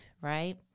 right